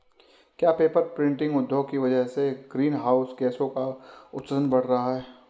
क्या paper printing उद्योग की वजह से ग्रीन हाउस गैसों का उत्सर्जन बढ़ रहा है?